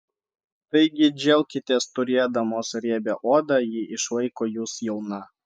taigi džiaukitės turėdamos riebią odą ji išlaiko jus jauną